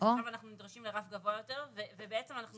שם אנחנו נדרשים לרף גבוה יותר ובעצם אנחנו